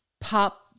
pop